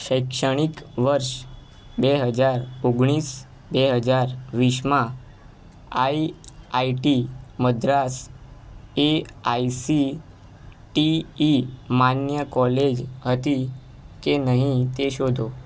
શૈક્ષણિક વર્ષ બે હજાર ઓગણીસ બે હજાર વીસમાં I I T Madras A I C T E માન્ય કોલેજ હતી કે નહીં તે શોધો